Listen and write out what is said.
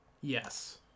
Yes